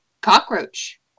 cockroach